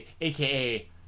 aka